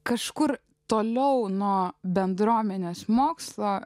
kažkur toliau nuo bendruomenės mokslo